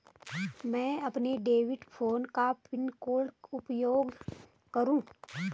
मैं अपने debit card का पिन कैसे उपयोग करूँ?